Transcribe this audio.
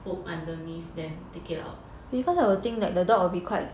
poke underneath then take it out